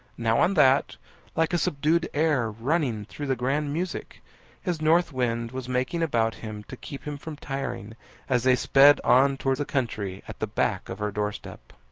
now on that like a subdued air running through the grand music his north wind was making about him to keep him from tiring as they sped on towards the country at the back of her doorstep.